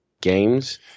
games